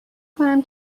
کنم